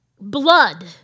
blood